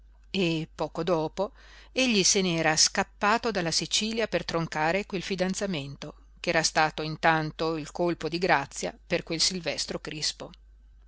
e poco dopo egli se n'era scappato dalla sicilia per troncare quel fidanzamento ch'era stato intanto il colpo di grazia per quel silvestro crispo